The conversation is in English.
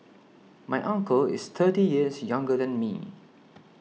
my uncle is thirty years younger than me